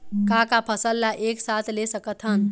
का का फसल ला एक साथ ले सकत हन?